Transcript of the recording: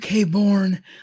UK-born